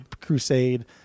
crusade